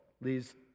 leads